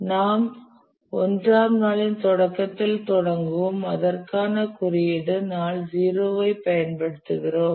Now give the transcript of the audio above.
நாம் 1 ஆம் நாளின் தொடக்கத்தில் தொடங்குவோம் அதற்காக குறியீடு நாள் 0 ஐ பயன்படுத்துவோம்